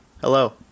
Hello